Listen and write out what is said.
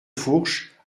fourche